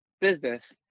business